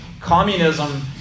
communism